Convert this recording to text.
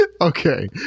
Okay